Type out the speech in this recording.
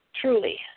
Truly